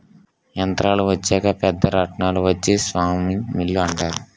యంత్రాలు వచ్చాక పెద్ద రాట్నాలు వచ్చి స్పిన్నింగ్ మిల్లు అంటారు